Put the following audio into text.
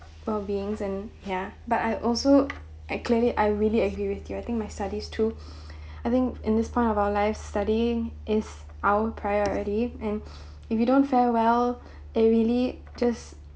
well beings and ya but I also at clearly I really agree with you I think my studies too I think in this point of our life studying is our priority and if you don't fare well it really just